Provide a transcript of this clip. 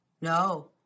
no